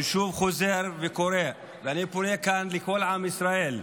אני שוב חוזר וקורא, ואני פונה כאן לכל עם ישראל,